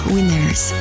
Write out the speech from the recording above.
Winners